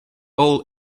all